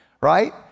right